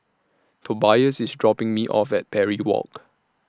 Tobias IS dropping Me off At Parry Walk